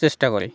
চেষ্টা করে